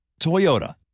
Toyota